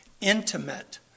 Intimate